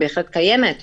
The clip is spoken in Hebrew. היא בהחלט קיימת.